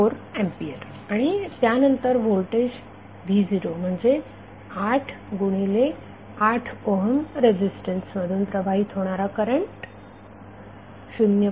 4 ampere आणि त्यानंतर voltage v0म्हणजे 8 गुणिले 8 ओहम रेझिस्टन्स मधून प्रवाहित होणारा करंट 0